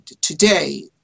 today